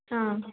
ಹಾಂ